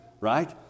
Right